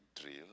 drill